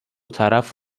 طرف